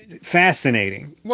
fascinating